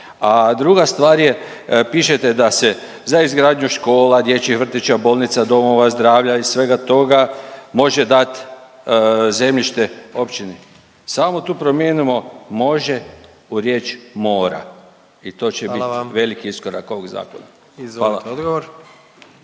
A druga stvar je, pišete da se za izgradnju škola, dječjih vrtića, bolnica, domova zdravlja i svega toga može dat zemljište općini, samo tu promijenimo može u riječ mora i to će bit …/Upadica predsjednik: Hvala